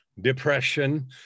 depression